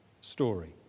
story